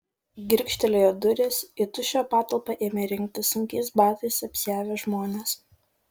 girgžtelėjo durys į tuščią patalpą ėmė rinktis sunkiais batais apsiavę žmonės